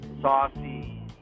saucy